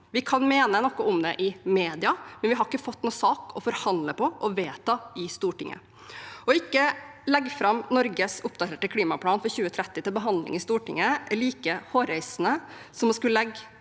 Vi kan mene noe om det i mediene, men vi har ikke fått noen sak å forhandle på og vedta i Stortinget. Å ikke legge fram Norges oppdaterte klimaplan for 2030 til behandling i Stortinget er like hårreisende som å skulle legge